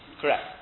Correct